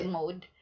mode